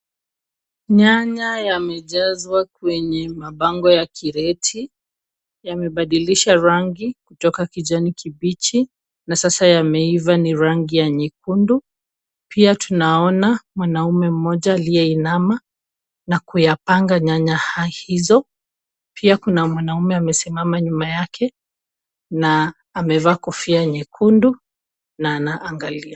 Nyanya yamejazwa kwenye mabango ya kreti. Yamebadilisha rangi kutoka kijani kibichi na sasa yameiva ni rangi ya nyekundu. Pia, tunaona mwanamume mmoja aliyeinama na kuyapanga nyanya hizo. Pia, kuna mwanamume amesimama nyuma yake na amevaa kofia nyekundu na anaangalia.